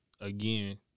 again